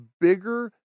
bigger